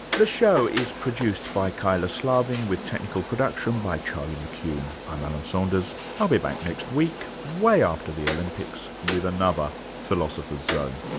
the show is produced by kyla slaven, with technical production by charles mccune. i'm alan saunders. i'll be back next week, way after the olympics, with another philosopher's zone